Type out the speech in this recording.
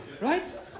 right